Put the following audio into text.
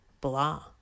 Blah